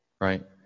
right